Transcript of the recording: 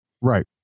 Right